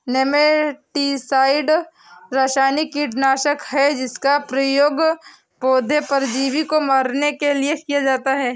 nematicide रासायनिक कीटनाशक है जिसका उपयोग पौधे परजीवी को मारने के लिए किया जाता है